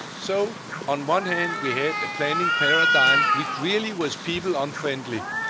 so on one hand, we had a planning paradigm, which really was people unfriendly.